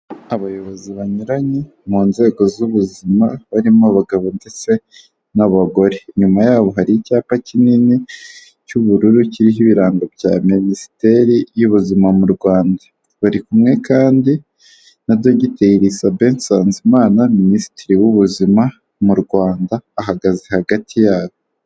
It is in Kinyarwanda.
Abayobozi banyuranye mu nzego z'ubuzima barimo abagabo ndetse n'abagore, inyuma yaho hari icyapa kinini cy'ubururu kiriho ibirango bya Minisiteri y'ubuzima mu Rwanda, bari kumwe kandi na Dogiteri Sabe Nsanzimana Minisitiri w'ubuzima mu Rwanda, ahagaze hagati yabo.